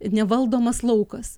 nevaldomas laukas